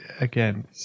again